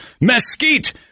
mesquite